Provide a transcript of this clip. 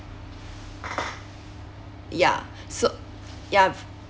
ya so ya